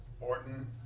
Orton